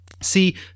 See